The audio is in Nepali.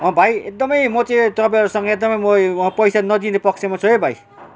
भाइ एकदमै म चाहिँ तपाईँहरसँग एकदमै म पैसा नदिने पक्षमा छु है भाइ